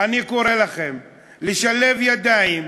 אני קורא לכם לשלב ידיים,